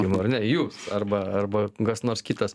ar ne jūs arba arba kas nors kitas